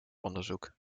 onderzoek